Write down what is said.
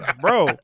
Bro